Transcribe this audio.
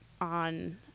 on